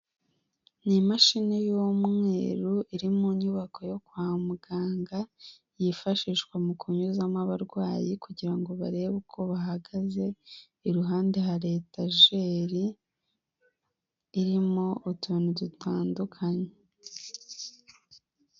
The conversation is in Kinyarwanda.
Ni imashini y'umweru iri mu nyubako yo kwa muganga yifashishwa mu kunyuzamo abarwayi kugira ngo barebe uko bahagaze, iruhande hari etajeri irimo utuntu dutandukanye.